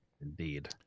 Indeed